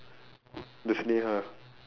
ah